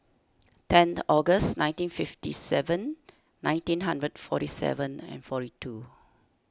ten August nineteen fifty seven nineteen hundred forty seven and forty two